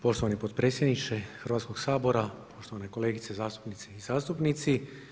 Poštovani potpredsjedniče Hrvatskoga sabora, poštovane kolegice zastupnice i zastupnici.